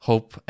Hope